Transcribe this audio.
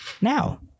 now